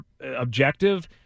objective